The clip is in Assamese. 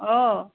অ